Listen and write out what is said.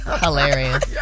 Hilarious